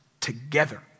together